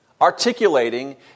articulating